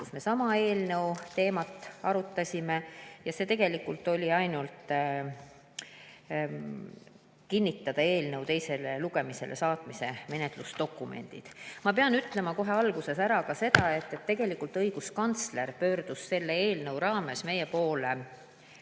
kus me sama eelnõu teemat arutasime. See tegelikult oli ainult selleks, et kinnitada eelnõu teisele lugemisele saatmise menetlusdokumendid. Ma pean ütlema kohe alguses ära ka selle, et tegelikult õiguskantsler pöördus selle eelnõu raames meie poole